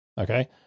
Okay